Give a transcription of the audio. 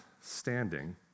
standing